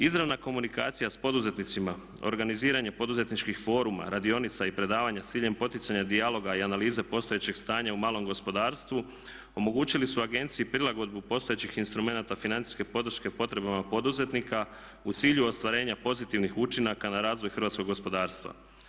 Izravna komunikacija s poduzetnicima, organiziranje poduzetničkih foruma, radionica i predavanja s ciljem poticanja dijaloga i analize postojećeg stanja u malom gospodarstvu omogućili su agenciji prilagodbu postojećih instrumenata financijske podrške potrebama poduzetnika u cilju ostvarenja pozitivnih učinaka na razvoj hrvatskog gospodarstva.